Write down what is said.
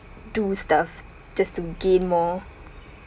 do stuff just to gain more